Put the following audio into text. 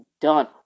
done